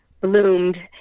bloomed